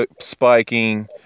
spiking